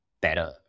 better